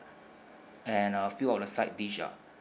and a few of the side dish ah